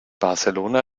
barcelona